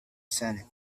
zenith